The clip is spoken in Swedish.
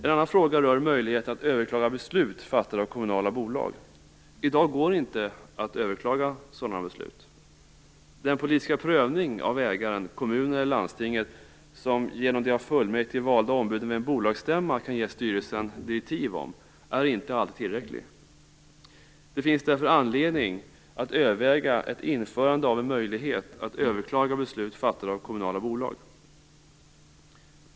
En annan fråga rör möjligheten att överklaga beslut fattade av kommunala bolag. I dag går det inte att överklaga sådana beslut. Den politiska prövning av ägaren, kommunen eller landstinget, som de av fullmäktige valda ombuden vid bolagsstämman kan ge styrelsen direktiv om, är inte alltid tillräcklig. Det finns därför anledning att överväga ett införande av en möjlighet att överklaga beslut fattade av kommunala bolag.